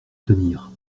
tenir